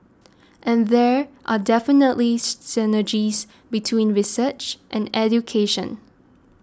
and there are definitely synergies between research and education